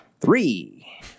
three